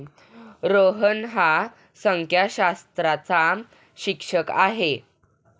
रोहन हा संख्याशास्त्राचा शिक्षक आहे